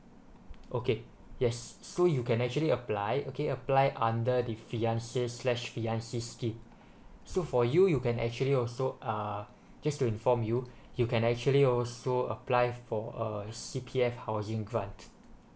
okay yes so you can actually apply okay apply under the fiance slash fiancee scheme so for you you can actually also uh just to inform you you can actually also apply for uh C_P_F housing grant